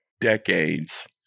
decades